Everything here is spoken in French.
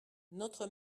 notre